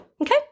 Okay